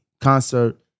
concert